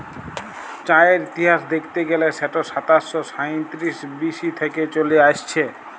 চাঁয়ের ইতিহাস দ্যাইখতে গ্যালে সেট সাতাশ শ সাঁইতিরিশ বি.সি থ্যাইকে চলে আইসছে